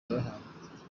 yabahaye